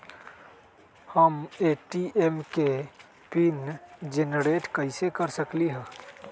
हम ए.टी.एम के PIN generate कईसे कर सकली ह?